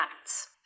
acts